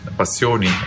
passioni